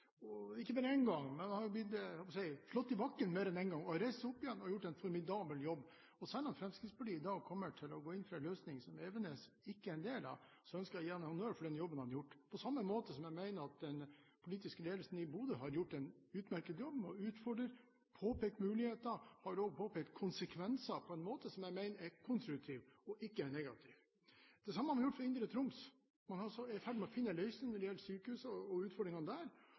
og ikke bare én gang, men han har blitt slått i bakken mer enn én gang og reist seg opp igjen og gjort en formidabel jobb! Selv om Fremskrittspartiet i dag kommer til å gå inn for en løsning som Evenes ikke er en del av, ønsker jeg å gi ham honnør for den jobben han har gjort. På samme måte har også den politiske ledelsen i Bodø gjort en utmerket jobb med å utfordre og påpeke muligheter, og de har også påpekt konsekvenser, på en måte som jeg mener er konstruktiv og ikke negativ. Det samme har man gjort fra Indre Troms, hvor man er i ferd med å finne en løsning for sykehuset og utfordringene der.